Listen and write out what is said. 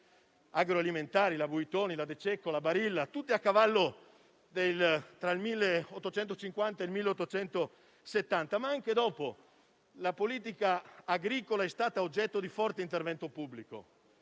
agroalimentari (la Buitoni, la De Cecco, la Barilla), tutte a cavallo tra il 1850 e il 1870, ma anche dopo, la politica agricola è stata oggetto di forte intervento pubblico.